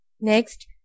Next